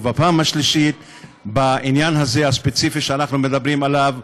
ובפעם השלישית בעניין הזה הספציפי שאנחנו מדברים עליו.